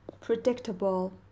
predictable